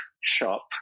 shop